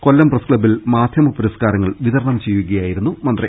കൊല്ലം പ്രസ്ക്ലബ്ബിൽ മാധ്യമ പുരസ്കാരങ്ങൾ വിതരണം ചെയ്യുക യായിരുന്നു മന്ത്രി